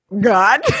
God